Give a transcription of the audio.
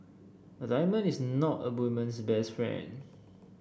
a diamond is not a woman's best friend